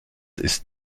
ist